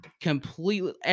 Completely